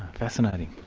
fascinating.